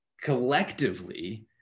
collectively